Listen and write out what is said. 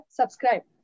subscribe